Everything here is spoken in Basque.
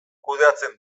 kudeatzen